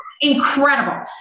Incredible